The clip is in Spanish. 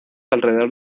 alrededor